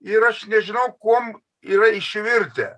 ir aš nežinau kuom yra išvirtę